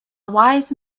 wise